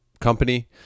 company